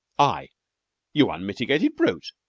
i you unmitigated brute!